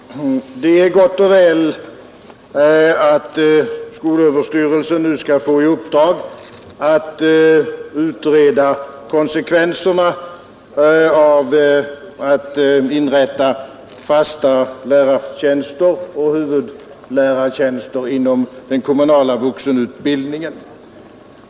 Herr talman! Det är gott och väl att skolöverstyrelsen nu skall få i uppdrag att utreda konsekvenserna av att inrätta fasta lärartjänster och huvudlärartjänster inom den kommunala vuxenutbildningen.